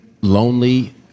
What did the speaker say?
lonely